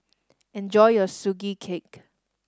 enjoy your Sugee Cake